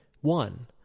One